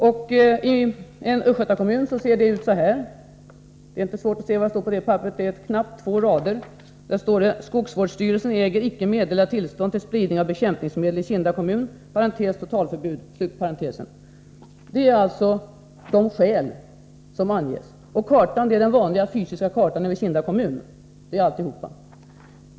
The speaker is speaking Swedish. I en Östgötakommun ser det hela ut på följande sätt, och det är inte så svårt att läsa, eftersom det är knappt två rader: ”Skogsvårdsstyrelsen äger icke meddela tillstånd till spridning av bekämpningsmedeli Kinda kommun .”— det är alltså de skäl som anges, och kartan är den vanliga fysiska kartan över Kinda kommun. Det är alltihop.